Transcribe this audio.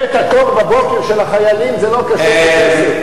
לסדר את התור של החיילים בבוקר זה לא קשור לכסף,